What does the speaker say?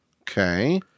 Okay